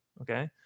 okay